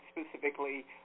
specifically